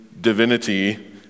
divinity